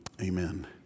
amen